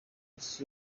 ese